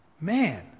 Man